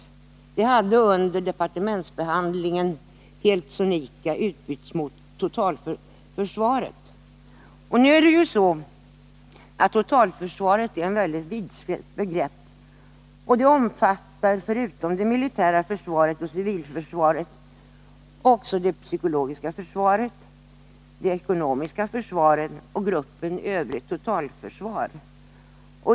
Uttrycket hade under departementsbehandlingen helt sonika utbytts mot ”totalförsvaret”. Men ”totalförsvaret” är ett väldigt vidsträckt begrepp. Det omfattar förutom det militära försvaret och civilförsvaret också det psykologiska försvaret, det ekonomiska försvaret och gruppen övrigt totalförsvar.